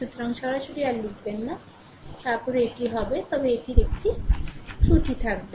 সুতরাং সরাসরি r লিখবেন না তারপরে এটি হবে তবে এটির একটি ত্রুটি হবে